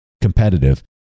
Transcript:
competitive